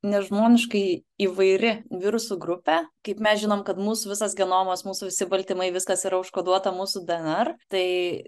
nežmoniškai įvairi virusų grupė kaip mes žinom kad mūsų visas genomas mūsų visi baltymai viskas yra užkoduota mūsų dnr tai